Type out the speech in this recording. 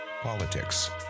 politics